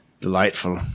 Delightful